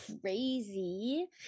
crazy